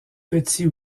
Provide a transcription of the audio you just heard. petits